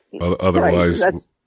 Otherwise